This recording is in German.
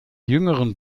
jüngeren